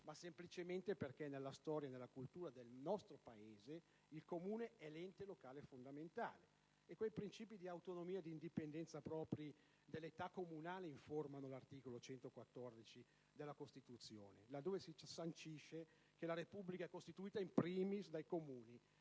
ma semplicemente perché nella storia e nella cultura del nostro Paese il Comune è l'ente locale fondamentale. Sono i principi di autonomia e di indipendenza propri dell'età comunale che informano l'articolo 114 della Costituzione, là dove si sancisce che la Repubblica è costituita *in primis* dai Comuni,